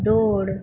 દોડ